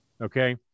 Okay